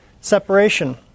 separation